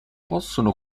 possono